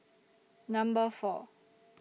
Number four